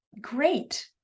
great